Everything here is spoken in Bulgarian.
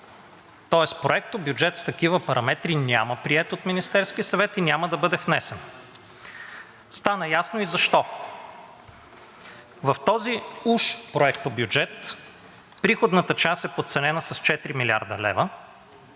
тоест проектобюджет с такива параметри няма приет от Министерския съвет и няма да бъде внесен – стана ясно и защо. В този уж проектобюджет приходната част е подценена с 4 млрд. лв.,